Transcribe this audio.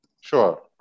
Sure